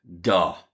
Duh